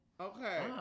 okay